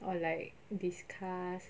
or like discuss